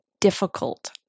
difficult